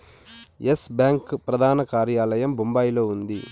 yes Bank ప్రధాన కార్యాలయం బొంబాయిలో ఉంది